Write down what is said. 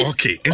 Okay